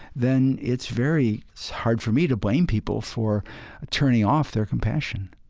then it's very hard for me to blame people for turning off their compassion